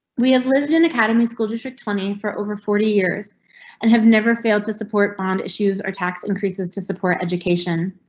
we have lived in academy school district twenty for over forty years and have never failed to support bond issues or tax increases to support education.